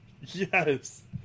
Yes